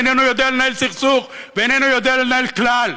איננו יודע לנהל סכסוך ואיננו יודע לנהל כלל.